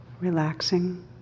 relaxing